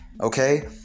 okay